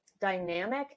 dynamic